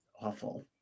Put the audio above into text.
awful